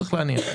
צריך להניח כך.